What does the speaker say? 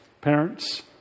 parents